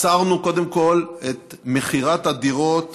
עצרנו קודם כול את מכירת הדירות